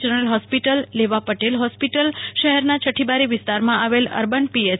general hospital લેવા Patel hospital શહેરના છઠ્ઠીબારી વિસ્તારમાં આવેલ અર્બન પીએચ